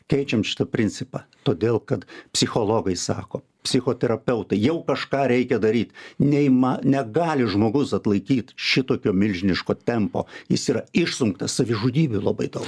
keičiame šitą principą todėl kad psichologai sako psichoterapeutai jau kažką reikia daryt neima negali žmogus atlaikyt šitokio milžiniško tempo jis yra išsunktas savižudybių labai daug